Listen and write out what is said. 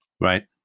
right